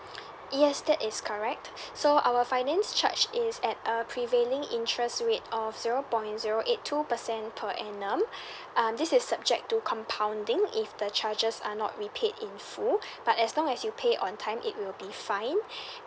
yes that is correct so our finance charge is at a prevailing interest rate of zero point zero eight two percent per annum um this is subject to compounding if the charges are not repaid in full but as long as you pay on time it will be fine